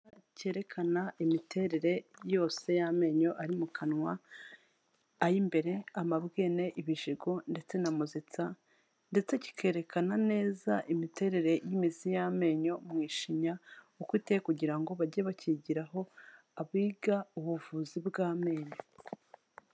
Cyerekana imiterere yose y'amenyo ari mu kanwa, ay'imbere, amabwene, ibijigo ndetse na muzitsa. Ndetse cyikerekana neza imiterere y'imizi y'amenyo mu ishinya uko iteye, kugira ngo bajye bakigiraho abiga ubuvuzi bw'amenyo.